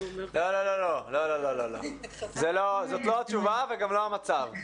לא, לא, זאת לא התשובה וגם לא המצב.